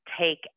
take